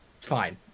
fine